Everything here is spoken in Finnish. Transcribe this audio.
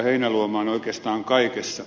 heinäluomaan oikeastaan kaikessa